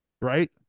Right